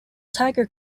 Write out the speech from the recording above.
tiger